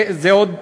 עוד דבר.